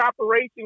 operation